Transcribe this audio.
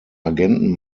agenten